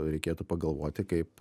reikėtų pagalvoti kaip